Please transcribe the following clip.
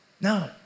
No